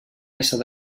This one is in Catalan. ésser